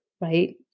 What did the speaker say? Right